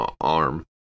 arm